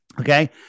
Okay